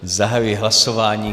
Zahajuji hlasování.